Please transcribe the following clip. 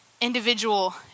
individual